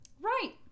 Right